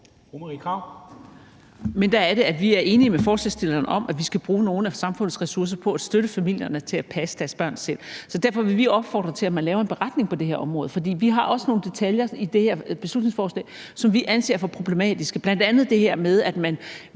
vi er enige med forslagsstillerne i, at vi skal bruge nogle af samfundets ressourcer på at støtte familierne til at passe deres børn selv. Derfor vil vi opfordre til, at man laver en beretning på det her område, for vi har også nogle detaljer i det her beslutningsforslag, som vi anser for problematiske, bl.a. det her med, at man